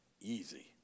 easy